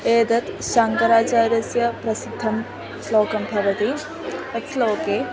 एतत् शङ्कराचार्यस्य प्रसिद्धं श्लोकं भवति तस्मिन् श्लोके